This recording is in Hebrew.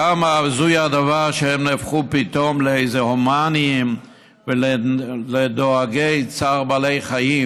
כמה הזוי הדבר שהם נהפכו פתאום לאיזה הומניים ולדואגי צער בעלי חיים,